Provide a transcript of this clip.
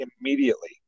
immediately